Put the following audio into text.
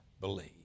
believe